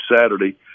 saturday